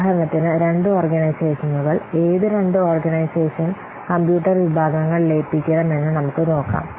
ഉദാഹരണത്തിന് രണ്ട് ഓർഗനൈസേഷനുകൾ ഏത് രണ്ട് ഓർഗനൈസേഷൻ കമ്പ്യൂട്ടർ വിഭാഗങ്ങൾ ലയിപ്പിക്കണം എന്ന് നമുക്ക് നോക്കാം